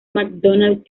macdonald